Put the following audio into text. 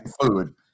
food